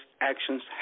actions